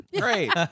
Great